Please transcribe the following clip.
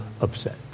upset